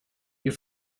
you